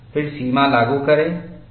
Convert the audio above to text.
फिर सीमा लागू करें